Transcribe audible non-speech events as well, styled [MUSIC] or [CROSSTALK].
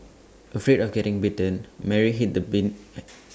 afraid of getting bitten Mary hid the bin [NOISE]